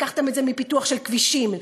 לקחתם את זה מפיתוח של כבישים,